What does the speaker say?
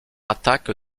attaque